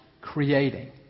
creating